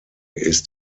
ist